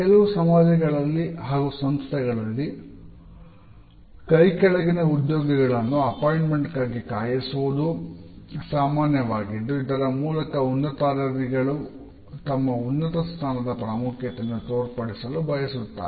ಕೆಲವು ಸಮಾಜಗಳಲ್ಲಿ ಹಾಗೂ ಸಂಸ್ಥೆಗಳಲ್ಲಿ ಕೈ ಕೆಳಗಿನ ಉದ್ಯೋಗಿಗಳನ್ನು ಅಪಾಯಿಂಟ್ಮೆಂಟ್ ಗಾಗಿ ಕಾಯಿಸುವುದು ಸಾಮಾನ್ಯವಾಗಿದ್ದು ಇದರ ಮೂಲಕ ಉನ್ನತಾಧಿಕಾರಿಗಳು ತಮ್ಮ ಉನ್ನತ ಸ್ಥಾನದ ಪ್ರಾಮುಖ್ಯತೆಯನ್ನು ತೋರ್ಪಡಿಸಲು ಬಯಸುತ್ತಾರೆ